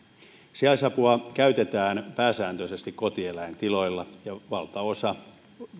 sijaisapua käytetään pääsääntöisesti kotieläintiloilla ja valtaosa